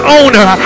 owner